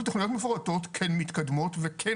אבל תוכניות מפורטות כן מתקדמות וכן